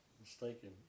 mistaken